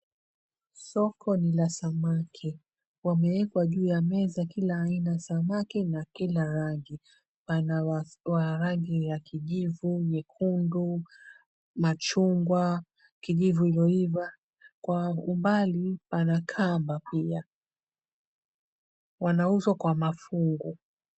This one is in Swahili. Soko ni la samaki wamewekwa juu ya meza kila samaki wa kila aina na kila rangi. Pana wa rangi ya kijivu, nyekundu, machungwa, kijivu iliyoiva. Kwa umbali pana kamba pia, wanauzwa kwa mafungu.